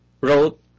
wrote